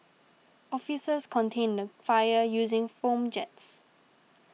officers contained the fire using foam jets